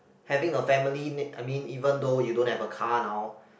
having a family me~ I mean even though you don't have a car now